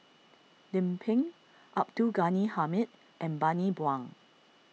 Lim Pin Abdul Ghani Hamid and Bani Buang